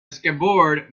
scabbard